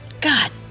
God